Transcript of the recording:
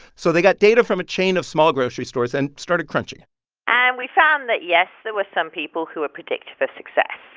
so they got data from a chain of small grocery stores and started crunching and we found that, yes, there were some people who are predictive of success.